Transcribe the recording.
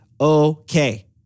okay